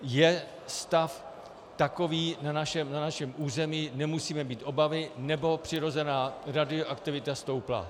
Je stav takový na našem území, nemusíme mít obavy, nebo přirozená radioaktivita stoupla.